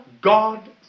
God